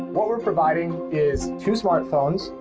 what we're providing is two smartphones,